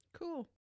Cool